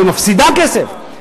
ומפסידה כסף,